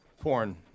Porn